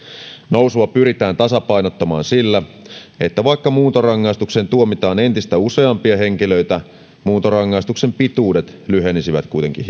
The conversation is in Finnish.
nousua pyritään tasapainottamaan sillä että vaikka muuntorangaistukseen tuomitaan entistä useampia henkilöitä muuntorangaistuksen pituudet lyhenisivät kuitenkin